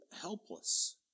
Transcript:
helpless